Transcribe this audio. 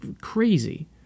crazy